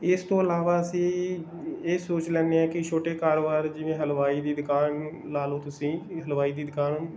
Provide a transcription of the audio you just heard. ਇਸ ਤੋਂ ਇਲਾਵਾ ਅਸੀਂ ਇਹ ਸੋਚ ਲੈਂਦੇ ਹਾਂ ਕਿ ਛੋਟੇ ਕਾਰੋਬਾਰ ਜਿਵੇਂ ਹਲਵਾਈ ਦੀ ਦੁਕਾਨ ਲਾ ਲਓ ਤੁਸੀਂ ਹਲਵਾਈ ਦੀ ਦੁਕਾਨ